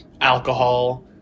alcohol